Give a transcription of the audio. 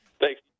Thanks